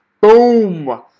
boom